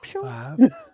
five